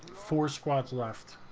four squads last